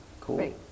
Cool